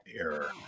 error